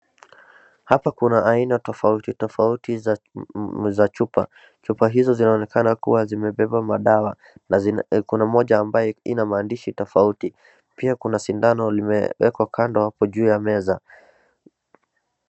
Hapa kuna aina tofauti tofauti za chupa. Chupa hizo zinaonekana kubeba madawa na kuna moja ambayo ina maandishi tofauti. Pia kuna sindano limeekwa kando hapo juu ya meza.